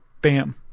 bam